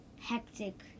hectic